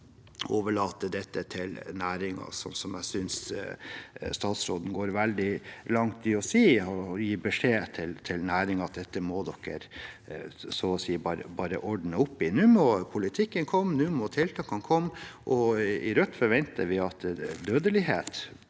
overlate dette til næringen, som jeg synes statsråden går veldig langt i å si, ved å gi beskjed til næringen om at dette må de bare ordne opp i. Nå må politikken og tiltakene komme. I Rødt forventer vi at dødelighet